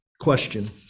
question